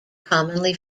commonly